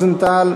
(תיקון,